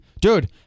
Dude